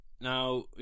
Now